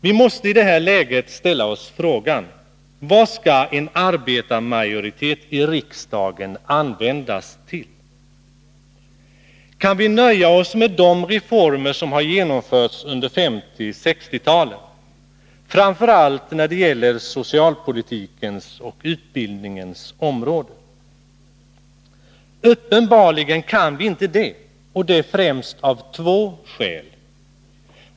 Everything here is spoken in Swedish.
Vi måste i det här läget fråga oss: Vad skall en arbetarmajoritet i riksdagen användas till? Kan vi nöja oss med de reformer som har genomförts under 1950 och 1960-talen, framför allt när det gäller socialpolitikens och utbildningens områden? Uppenbarligen kan vi inte det, och det främst av två skäl.